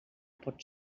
pot